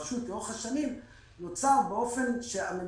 בשנים האחרונות ניסינו לסייע לרשות גם דרך תוכניות התייעלות.